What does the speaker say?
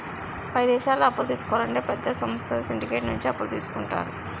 పై దేశాల్లో అప్పులు తీసుకోవాలంటే పెద్ద సంస్థలు సిండికేట్ నుండి అప్పులు తీసుకుంటారు